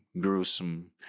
gruesome